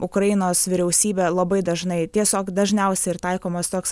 ukrainos vyriausybė labai dažnai tiesiog dažniausia ir taikomas toks